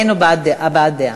אין הבעת דעה.